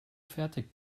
fertig